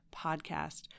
podcast